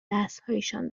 دستهایشان